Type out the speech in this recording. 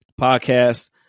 podcast